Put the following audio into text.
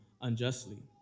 unjustly